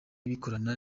bikorana